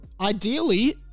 ideally